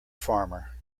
farmer